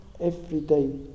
everyday